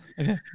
Okay